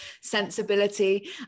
sensibility